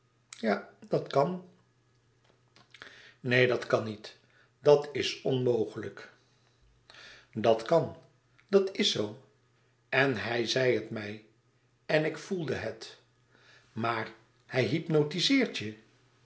ja dat kan neen dat kan niet dat is onmogelijk dat kan dat is zoo en hij zei het mij en ik voelde het maar hij hypnotizeert je